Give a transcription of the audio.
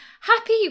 happy